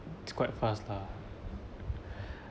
it's quite fast lah